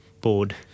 board